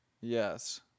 Yes